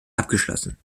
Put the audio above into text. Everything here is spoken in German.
abgeschlossen